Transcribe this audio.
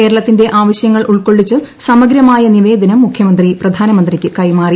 കേരളത്തിന്റെ ആവശ്യങ്ങൾ ഉൾക്കൊള്ളിച്ച് സമഗ്രമായ നിവേദനം മുഖ്യമന്ത്രി പ്രധാനമന്ത്രിക്ക് കൈമാറി